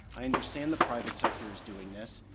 i understand the private sector is doing this,